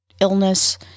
illness